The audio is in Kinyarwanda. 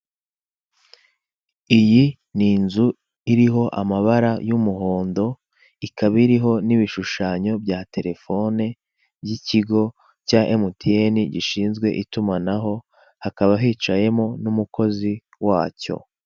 Iyi ni inzu iriho amabara y'umuhondo, ikaba iriho n'ibishushanyo bya telefone, by'ikigo cya emutiyeni gishinzwe itumahano, hakaba hiceyemo n'umukozi wacyo.